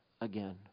again